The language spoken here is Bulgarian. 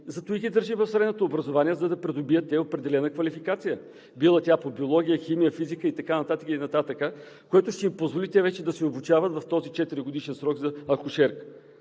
затова ги държи в средното образование, за да придобият определена квалификация, било тя по биология, химия, физика и така нататък, което ще им позволи те вече да се обучават в този четиригодишен срок за акушерка.